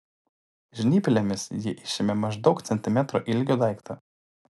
žnyplėmis ji išėmė maždaug centimetro ilgio daiktą